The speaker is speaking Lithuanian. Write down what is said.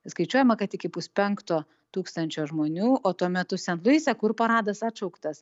skaičiuojama kad iki puspenkto tūkstančio žmonių o tuo metu sent luise kur paradas atšauktas